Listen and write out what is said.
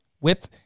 whip